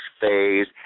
phase